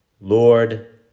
Lord